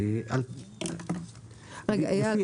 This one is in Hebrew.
--- אייל,